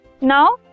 Now